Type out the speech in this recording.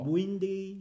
Windy